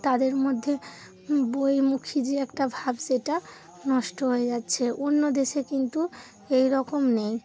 তাদের মধ্যে বইমুখী যে একটা ভাব সেটা নষ্ট হয়ে যাচ্ছে অন্য দেশে কিন্তু এই রকম নেই